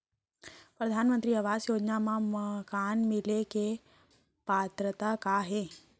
परधानमंतरी आवास योजना मा मकान मिले के पात्रता का हे?